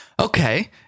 Okay